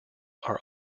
are